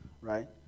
right